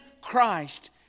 Christ